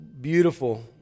beautiful